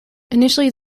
initially